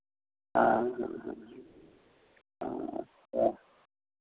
हाँ हाँ हाँ हं अच्छा